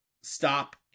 stop